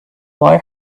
why